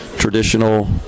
traditional